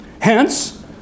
Hence